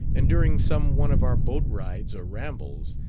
and during some one of our boat-rides or rambles,